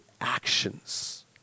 actions